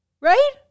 right